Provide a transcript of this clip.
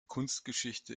kunstgeschichte